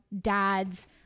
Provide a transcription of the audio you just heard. dads